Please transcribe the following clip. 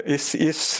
jis jis